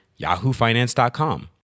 yahoofinance.com